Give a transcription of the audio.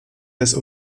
des